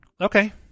Okay